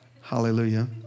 Hallelujah